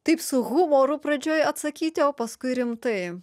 taip su humoru pradžioj atsakyti o paskui rimtai